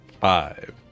Five